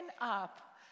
up